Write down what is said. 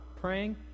praying